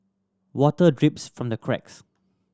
water drips from the cracks